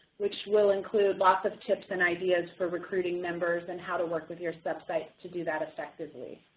which will include lots of tips and ideas for recruiting members and how to work with your sub-sites to do that effectively.